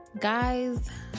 guys